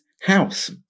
house